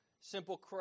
Simple